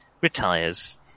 retires